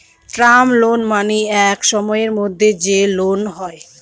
term loan মানে এক সময়ের মধ্যে যে লোন হয়